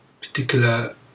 particular